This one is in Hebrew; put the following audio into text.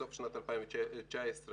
בסוף 2019,